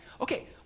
Okay